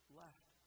left